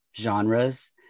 genres